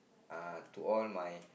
uh to all my